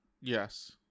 yes